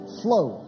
flow